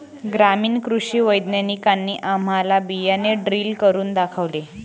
ग्रामीण कृषी वैज्ञानिकांनी आम्हाला बियाणे ड्रिल करून दाखवले